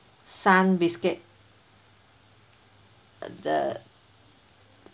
sun biscuit the